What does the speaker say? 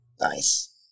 Nice